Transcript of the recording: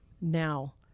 now